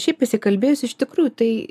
šiaip išsikalbėjus iš tikrųjų tai